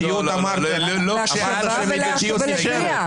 להוציא אותך החוצה.